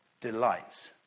delights